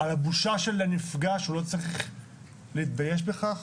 על הבושה של הנפגע שלא צריך להתבייש בכך.